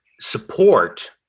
Support